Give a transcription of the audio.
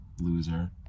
loser